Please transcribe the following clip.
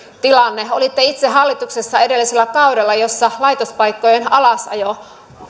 tilanne olitte itse hallituksessa edellisellä kaudella jolla laitospaikkojen alasajoa